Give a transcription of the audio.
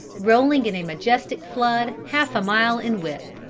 rolling in a majestic flood half a mile in width,